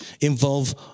involve